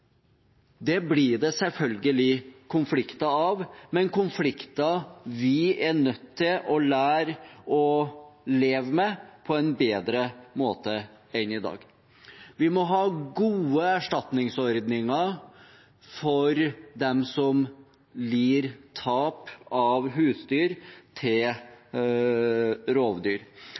Det blir det selvfølgelig konflikter av, men konflikter vi er nødt til å lære oss å leve med på en bedre måte enn i dag. Vi må ha gode erstatningsordninger for dem som lider tap av husdyr til rovdyr.